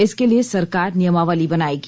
इसके लिए सरकार नियमावली बनायेगी